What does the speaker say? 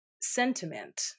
Sentiment